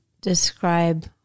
describe